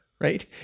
right